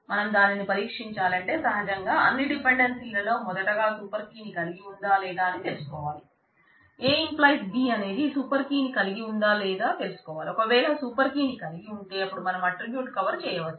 మనం దానిని పరీక్షించాలంటే సహజంగా అన్ని డిపెండెన్సీలలో మొదటగా సూపర్ కీ ని కలిగి ఉందా లేదా అని తెలుసుకోవాలి A→ B అనేది సూపర్ కీ ని కలిగి ఉందా లేదా తెలుసుకోవాలి ఒక వేళ సూపర్ కీ ని కలిగి ఉంటే అపుడు మనం ఆట్రిబ్యూట్ కవర్ చేయవచ్చు